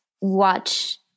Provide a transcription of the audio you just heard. watch